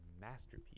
masterpiece